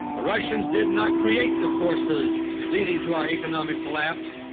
russians did not create the forces leading to our economic collapse,